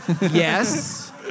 Yes